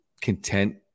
content –